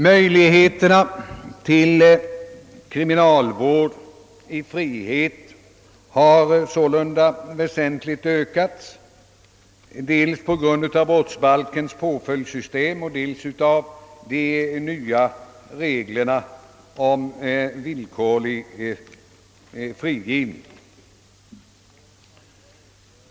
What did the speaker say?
Möjligheterna till kriminalvård i frihet har sålunda väsentligt ökats dels på grund av brottsbalkens påföljdssystem, dels på grund av de nya reglerna om villkorlig frigivning.